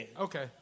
Okay